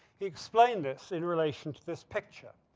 he explained this in relation to this picture.